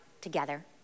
together